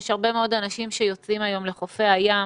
יש הרבה מאוד אנשים שיוצאים היום לחופי הים,